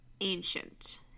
ancient